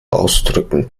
ausdrücken